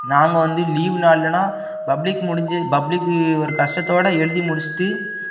நாங்கள் வந்து லீவு நாள்லெல்லாம் பப்ளிக் முடிஞ்சு பப்ளிக்கு ஒரு கஷ்டத்தோடய எழுதி முடிச்சிட்டு